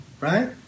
right